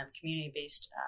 community-based